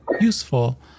useful